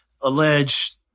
alleged